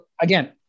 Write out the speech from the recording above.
Again